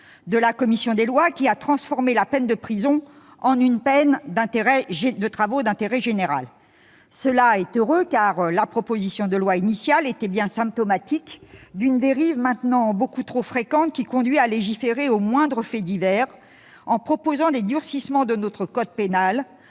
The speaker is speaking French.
de la commission des lois, qui a substitué à la peine de prison une peine de travail d'intérêt général. Cela est heureux, car le texte de la proposition de loi initiale était symptomatique d'une dérive maintenant beaucoup trop fréquente, qui conduit à légiférer au moindre fait divers, en proposant des durcissements de notre code pénal,